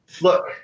Look